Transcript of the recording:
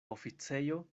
oficejo